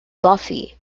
buffy